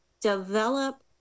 develop